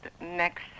next